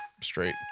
straight